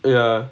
ya